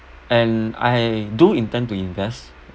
and I do intend to invest